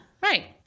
Right